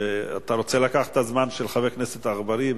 אתה רוצה לקחת את הזמן של חבר הכנסת אגבאריה?